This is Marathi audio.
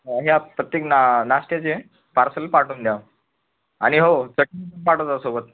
या प्रत्येक ना नाश्त्याचे पार्सल पाठवून द्या आणि हो चटणी पण पाठवा सोबत